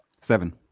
Seven